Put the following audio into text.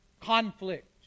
Conflict